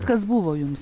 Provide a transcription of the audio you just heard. kas buvo jums